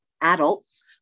adults